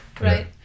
right